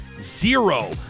zero